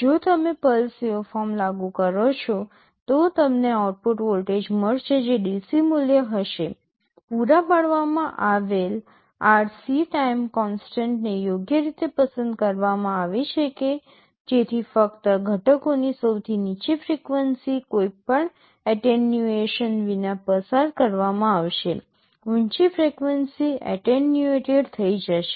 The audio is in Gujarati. જો તમે પલ્સ વેવફોર્મ લાગુ કરો છો તો તમને આઉટપુટ વોલ્ટેજ મળશે જે DC મૂલ્ય હશે પૂરા પાડવામાં આવેલ RC ટાઇમ કોન્સટન્ટને યોગ્ય રીતે પસંદ કરવામાં આવી છે કે જેથી ફક્ત ઘટકોની સૌથી નીચી ફ્રિક્વન્સી કોઈપણ એન્ટેન્યુએશન વિના પસાર કરવામાં આવશે ઊંચી ફ્રિક્વન્સી એન્ટેન્યુએટેડ થઈ જશે